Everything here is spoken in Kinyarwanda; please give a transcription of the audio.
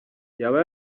yaba